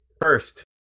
first